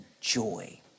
joy